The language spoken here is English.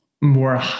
more